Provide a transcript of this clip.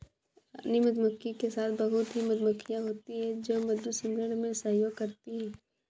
रानी मधुमक्खी के साथ बहुत ही मधुमक्खियां होती हैं जो मधु संग्रहण में सहयोग करती हैं